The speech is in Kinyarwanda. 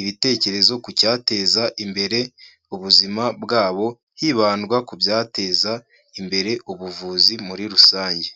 ibitekerezo ku cyateza imbere ubuzima bwabo, hibandwa ku byateza imbere ubuvuzi muri rusange.